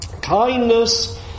kindness